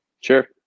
Sure